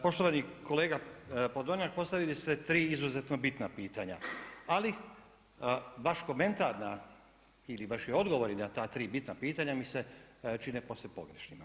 Poštovani kolega Podolnjak, postavili ste 3 izuzetno bitna pitanja, ali vaš komentar da, ili vaši odgovori na ta 3 bitna pitanja mi se čine posve pogrešnima.